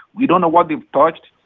we don't know what they've touched.